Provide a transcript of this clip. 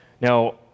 Now